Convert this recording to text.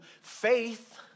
faith